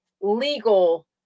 legal